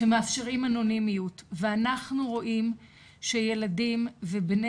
שמאפשרים אנונימיות ואנחנו רואים שילדים ובני